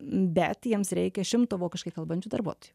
bet jiems reikia šimto vokiškai kalbančių darbuotojų